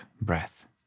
breath